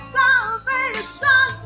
salvation